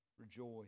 rejoice